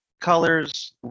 Colors